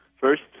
First